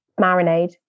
Marinade